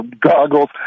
goggles